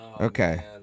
Okay